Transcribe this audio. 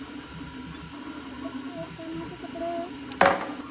हाँ दुपट्टा और कान्हा के कपड़े